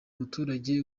muturage